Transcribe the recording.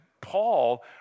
Paul